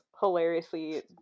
hilariously